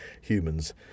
humans